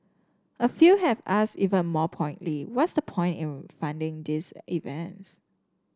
a few have asked even more pointedly what's the point in funding these events